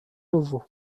nouveau